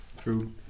True